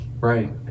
right